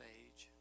age